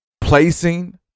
placing